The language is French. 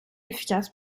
efficace